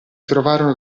trovarono